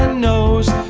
nose,